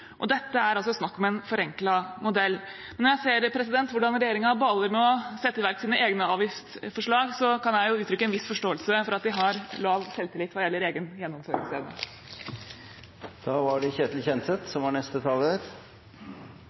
og dette er altså snakk om en forenklet modell. Men når jeg ser hvordan regjeringen baler med å sette i verk sine egne avgiftsforslag, kan jeg jo uttrykke en viss forståelse for at de har lav selvtillit hva gjelder egen gjennomføringsevne. Venstre er